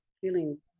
feeling